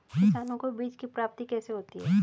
किसानों को बीज की प्राप्ति कैसे होती है?